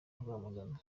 rwamagana